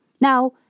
Now